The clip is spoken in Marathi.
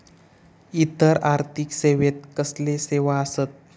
इतर आर्थिक सेवेत कसले सेवा आसत?